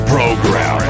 Program